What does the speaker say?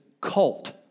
cult